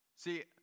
See